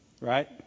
Right